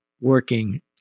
working